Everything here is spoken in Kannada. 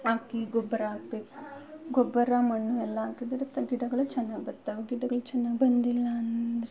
ಹಾಕಿ ಗೊಬ್ಬರ ಹಾಕ್ಬೇಕು ಗೊಬ್ಬರ ಮಣ್ಣು ಎಲ್ಲ ಹಾಕಿದ್ರೆ ಗಿಡಗಳು ಚೆನ್ನಾಗ್ ಬರ್ತಾವೆ ಗಿಡಗಳು ಚೆನ್ನಾಗ್ ಬಂದಿಲ್ಲ ಅಂದರೆ